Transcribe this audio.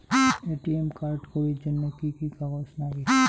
ATM card করির জন্যে কি কি কাগজ নাগে?